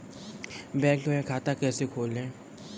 Bank में खाता कैसे खोलें?